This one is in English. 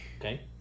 Okay